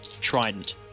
trident